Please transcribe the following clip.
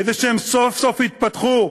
כדי שהן סוף-סוף יתפתחו,